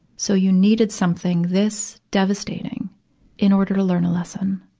so you needed something this devastating in order to learn a lesson.